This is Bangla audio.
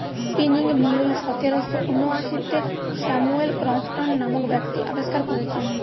স্পিনিং মিউল সতেরশ ঊনআশিতে স্যামুয়েল ক্রম্পটন নামক ব্যক্তি আবিষ্কার কোরেছে